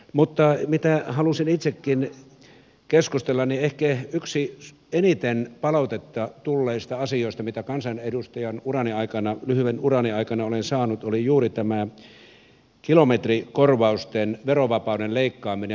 mutta se mistä halusin itsekin keskustella on ehkä yksi eniten palautetta saaneista asioista mitä lyhyen kansanedustajan urani aikana on ollut ja se oli juuri tämä kilometrikorvausten verovapauden leikkaaminen